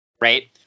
Right